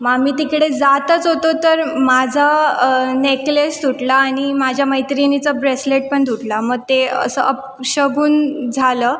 मग आम्ही तिकडे जातच होतो तर माझा नेकलेस सुटला आणि माझ्या मैत्रिणीचं ब्रेसलेट पण तुटला मग ते असं अपशकून झालं